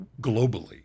Globally